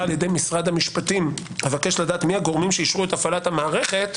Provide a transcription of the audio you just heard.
על ידי משרד המשפטים אבקש לדעת מי הגורמים שאישרו הפעלת המערכת.